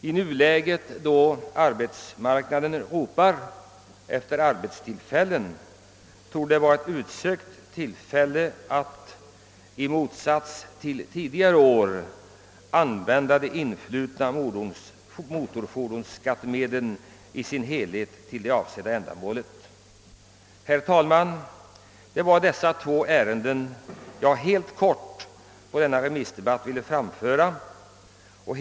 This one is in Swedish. I nuläget, då arbetsmarknaden ropar efter sysselsättningsmöjligheter, torde det vara ett utsökt tillfälle att — i motsats till vad som varit fallet tidigare år — använda de influtna bilskattemedlen i sin helhet till det avsedda ändamålet. Herr talman! Det var dessa två vädjanden som jag helt kort ville framföra i denna remissdebatt.